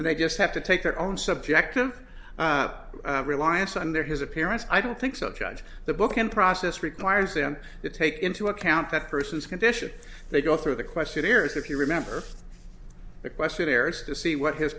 and they just have to take their own subjective reliance on their his appearance i don't think so judge the booking process requires them to take into account that person's condition they go through the question here is if you remember the questionnaires to see what his